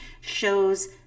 shows